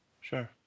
Sure